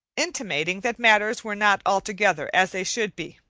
intimating that matters were not altogether as they should be,